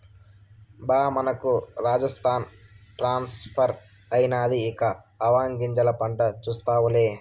బా మనకు రాజస్థాన్ ట్రాన్స్ఫర్ అయినాది ఇక ఆవాగింజల పంట చూస్తావులే